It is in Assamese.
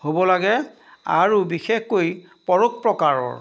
হ'ব লাগে আৰু বিশেষকৈ পৰোপকাৰৰ